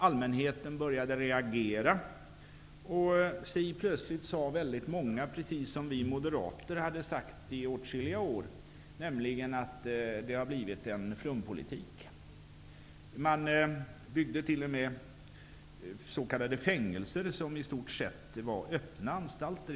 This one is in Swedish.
Allmänheten började reagera. Plötsligt sade många precis som vi moderater hade sagt i åtskilliga år, nämligen att det har blivit en flumpolitik. Man byggde t.o.m. fängelser som i stort sett var öppna anstalter.